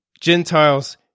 Gentiles